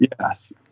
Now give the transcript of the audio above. Yes